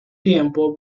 tiempo